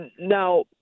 Now